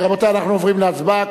רבותי, אנחנו עוברים להצבעה.